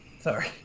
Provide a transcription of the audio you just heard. sorry